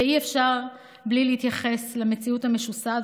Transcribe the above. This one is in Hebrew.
ואי-אפשר בלי להתייחס למציאות המשוסעת